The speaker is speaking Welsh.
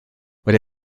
wedi